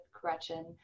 Gretchen